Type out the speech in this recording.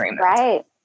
Right